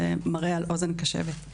זה מראה על אוזן קשבת.